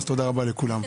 אז תודה רבה לכולם.